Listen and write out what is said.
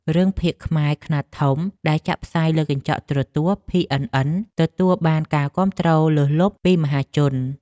រឿងភាគខ្មែរខ្នាតធំដែលចាក់ផ្សាយលើកញ្ចក់ទូរទស្សន៍ភីអិនអិនទទួលបានការគាំទ្រលើសលប់ពីមហាជន។